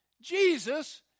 Jesus